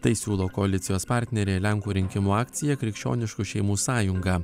tai siūlo koalicijos partnerė lenkų rinkimų akcija krikščioniškų šeimų sąjunga